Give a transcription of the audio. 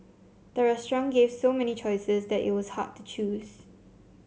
the restaurant gave so many choices that it was hard to choose